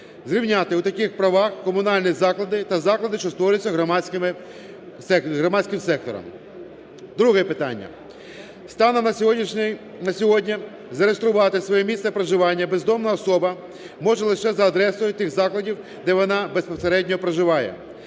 зрівняти у таких правах комунальні заклади та заклади, що створюються громадськими… громадським сектором. Друге питання. Станом на сьогодні зареєструвати своє місце проживання бездомна особа може лише за адресою тих закладів, де вона безпосередньо проживає.